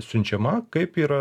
siunčiama kaip yra